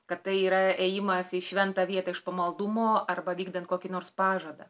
kad tai yra ėjimas į šventą vietą iš pamaldumo arba vykdant kokį nors pažadą